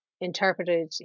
interpreted